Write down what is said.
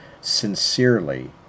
sincerely